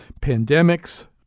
pandemics